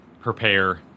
prepare